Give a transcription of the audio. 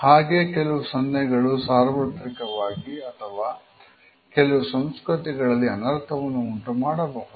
ಹಾಗೆಯೇ ಕೆಲವು ಸನ್ನೆಗಳು ಸಾರ್ವತ್ರಿಕವಾಗಿ ಅಥವಾ ಕೆಲವು ಸಂಸ್ಕೃತಿಗಳಲ್ಲಿ ಅನರ್ಥವನ್ನು ಉಂಟುಮಾಡಬಹುದು